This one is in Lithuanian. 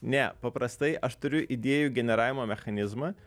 ne paprastai aš turiu idėjų generavimo mechanizmą